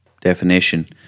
definition